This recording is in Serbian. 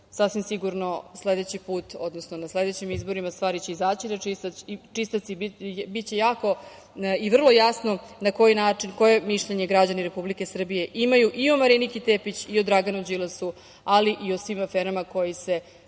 sasvim sigurno sledeći put, odnosno na sledećim izborima stvari će izaći na čistac i biće jako i vrlo jasno na koji način koje mišljenje građani Republike Srbije imaju i o Mariniki Tepić i o Draganu Đilasu, ali i o svim aferama koje se